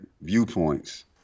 viewpoints